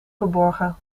verborgen